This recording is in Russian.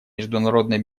международной